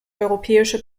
europäische